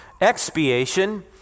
expiation